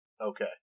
Okay